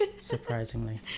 surprisingly